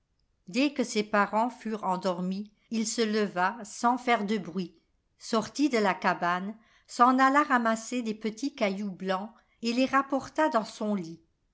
dès que ses parents furent endormis il se leva sans faire de bruit sortit de la cabane s'en alla ramasser des petits cailloux blancs et les rapporta dans son lit